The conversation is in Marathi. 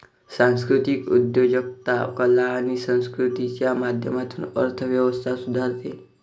सांस्कृतिक उद्योजकता कला आणि संस्कृतीच्या माध्यमातून अर्थ व्यवस्था सुधारते